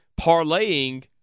Parlaying